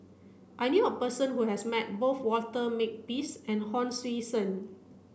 I knew a person who has met both Walter Makepeace and Hon Sui Sen